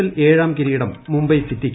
L ഏഴാം കിരീടം മുംബൈ സിറ്റിക്ക്